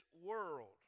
world